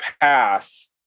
pass